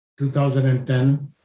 2010